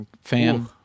fan